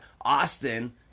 Austin